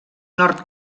nord